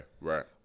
right